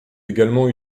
également